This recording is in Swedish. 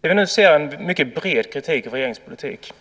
Det vi nu ser är en mycket bred kritik av regeringens politik.